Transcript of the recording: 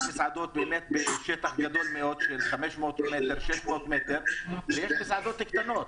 יש מסעדות באמת בשטח גדול מאוד של 500 מטר ויש מסעדות קטנות.